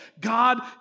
God